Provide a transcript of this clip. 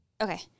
Okay